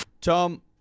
Tom